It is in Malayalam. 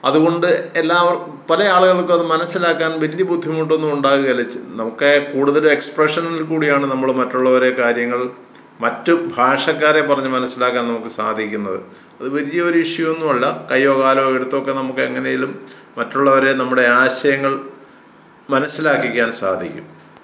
അതുകൊണ്ട് എല്ലാവർക്കും പല ആളുകൾക്കും അത് മനസ്സിലാക്കാൻ വലിയ ബുദ്ധിമുട്ടൊന്നും ഉണ്ടാവുകയില്ല നമുക്ക് കൂടുതലും എക്സ്പ്രഷനിൽ കൂടെയാണ് നമ്മൾ മറ്റുള്ളവരെ കാര്യങ്ങൾ മറ്റു ഭാഷക്കാരെ പറഞ്ഞു മനസ്സിലാക്കാൻ നമുക്ക് സാധിക്കുന്നത് അത് വലിയ ഒരു ഇഷ്യു ഒന്നുമല്ല കൈയോ കാലോ എടുത്ത് ഒക്കെ നമുക്ക് എങ്ങനെയെങ്കിലും മറ്റുള്ളവരെ നമ്മുടെ ആശയങ്ങൾ മനസിലാക്കിക്കാൻ സാധിക്കും